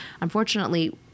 Unfortunately